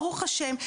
ברוך השם,